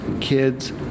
kids